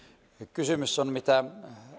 kysymys on mitä